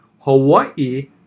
Hawaii